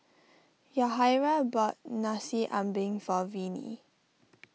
Yahaira bought Nasi Ambeng for Viney